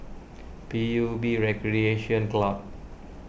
P U B Recreation Club